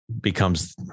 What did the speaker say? becomes